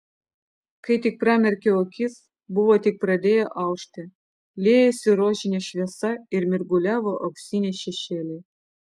kai pramerkiau akis buvo tik pradėję aušti liejosi rožinė šviesa ir mirguliavo auksiniai šešėliai